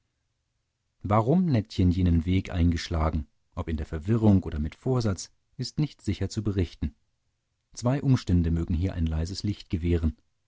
warum nettchen jenen weg eingeschlagen ob in der verwirrung oder mit vorsatz ist nicht sicher zu berichten zwei umstände mögen hier ein leises licht gewähren